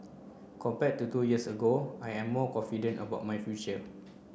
compared to two years ago I am more confident about my future